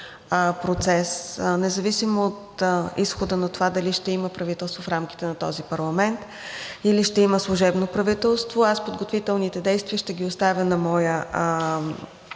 Независимо от изхода на това дали ще има правителство в рамките на този парламент, или ще има служебно правителство, аз подготвителните действия ще ги оставя на моя наследник,